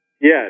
Yes